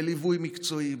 בליווי מקצועי,